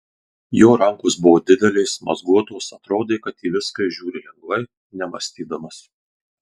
jo rankos buvo didelės mazguotos atrodė kad į viską jis žiūri lengvai nemąstydamas